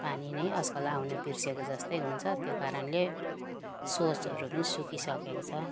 पानी नै आजकल आउन बिर्सेको जस्तै हुन्छ त्यो कारणले स्रोतहरू पनि सुकिसकेको छ